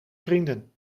vrienden